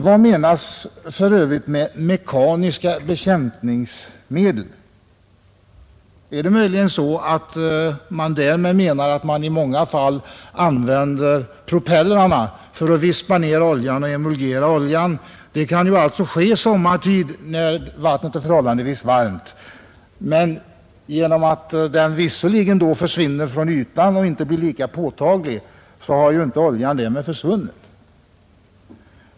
Vad avses för övrigt med ”mekaniska bekämpningsmedel”? Menar man därmed möjligen metoden att med propellrarnas hjälp få tunnare oljor att emulgera i havsvatten? Det kan ske sommartid när vattnet är förhållandevis varmt. Visserligen försvinner oljan från ytan och blir inte lika påtaglig, men den har ju därmed inte eliminerats.